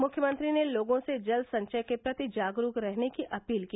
मुख्यमंत्री ने लोगों से जल संचय के प्रति जागरूक रहने की अपील की